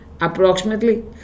Approximately